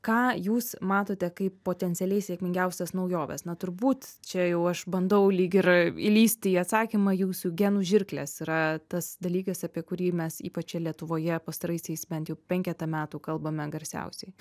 ką jūs matote kaip potencialiai sėkmingiausias naujoves na turbūt čia jau aš bandau lyg ir įlįsti į atsakymą jūsų genų žirklės yra tas dalykas apie kurį mes ypač lietuvoje pastaraisiais bent jau penketą metų kalbame garsiausiai